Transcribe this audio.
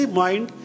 mind